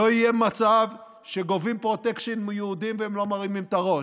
לא יהיה מצב שגובים פרוטקשן מיהודים והם לא מרימים את הראש,